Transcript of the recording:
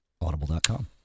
audible.com